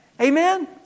Amen